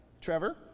Trevor